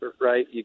right